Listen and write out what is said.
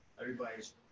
everybody's